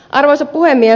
arvoisa puhemies